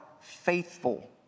faithful